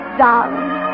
darling